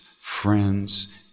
friends